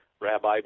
Rabbi